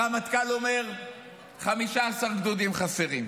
הרמטכ"ל אומר ש-15 גדודים חסרים.